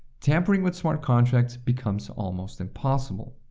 tampering with smart contracts becomes almost impossible.